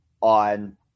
on